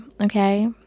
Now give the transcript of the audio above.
okay